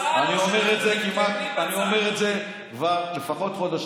אני אמרתי את זה כבר לפחות חודש,